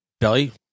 belly